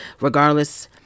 regardless